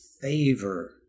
favor